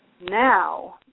now